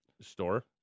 store